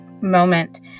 moment